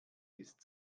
ist